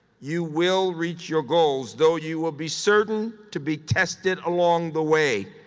you will reach your goals, though you will be certain to be tested along the way.